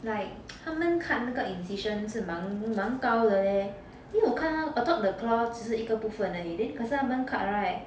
like 他们 cut 那个 incision 是蛮蛮高的 leh then 我看他 I thought the claw 只是一个部分而已 then 可是他们 cut [right]